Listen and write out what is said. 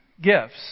gifts